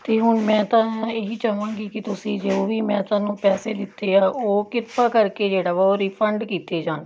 ਅਤੇ ਹੁਣ ਮੈਂ ਤਾਂ ਇਹੀ ਚਾਹਾਂਗੀ ਕਿ ਤੁਸੀਂ ਜੋ ਵੀ ਮੈਂ ਤੁਹਾਨੂੰ ਪੈਸੇ ਦਿੱਤੇ ਆ ਉਹ ਕਿਰਪਾ ਕਰਕੇ ਜਿਹੜਾ ਵਾ ਉਹ ਰਿਫੰਡ ਕੀਤੇ ਜਾਣ